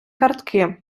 картки